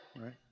right